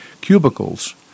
cubicles